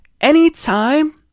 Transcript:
Anytime